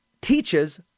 teaches